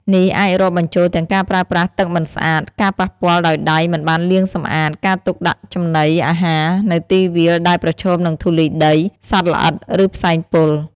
នេះអាចរាប់បញ្ចូលទាំងការប្រើប្រាស់ទឹកមិនស្អាត ការប៉ះពាល់ដោយដៃមិនបានលាងសម្អាត ការទុកដាក់ចំណីអាហារនៅទីវាលដែលប្រឈមនឹងធូលីដី សត្វល្អិត ឬផ្សែងពុល។